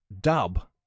Dub